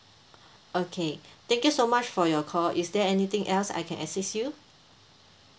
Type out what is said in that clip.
okay thank you so much for your call is there anything else I can assist you